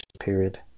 period